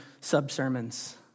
sub-sermons